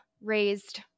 raised